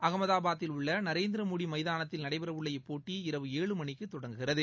அகமதாபாத்தில் உள்ள நரேந்திரமோடி மைதானத்தில் நடைபெறவுள்ள இப்போட்டி இரவு ஏழு மணிக்கு தொடங்குகிறது